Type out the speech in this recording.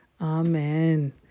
Amen